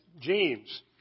James